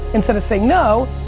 instead of saying no.